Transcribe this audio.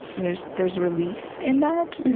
there's there's relief in that,